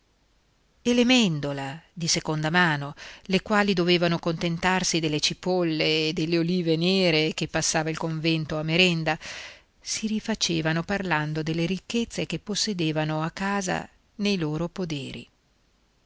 mèndola di seconda mano le quali dovevano contentarsi delle cipolle e delle olive nere che passava il convento a merenda si rifacevano parlando delle ricchezze che possedevano a casa e nei loro poderi